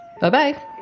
Bye-bye